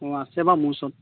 অঁ আছে বাৰু মোৰ ওচৰত